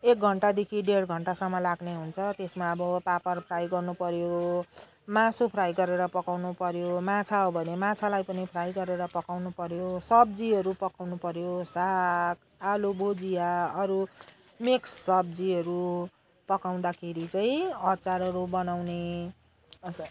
एक घन्टादेखि डेढ घन्टासम्म लाग्ने हुन्छ त्यसमा अब पापर फ्राई गर्नुपऱ्यो मासु फ्राई गरेर पकाउनुपऱ्यो माछा हो भने माछालाई पनि फ्राई गरेर पकाउनुपऱ्यो सब्जीहरू पकाउनुपऱ्यो साग आलु भुजिया अरू मिक्स सब्जीहरू पकाउँदाखेरि चाहिँ अचारहरू बनाउने अस